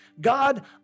God